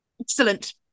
Excellent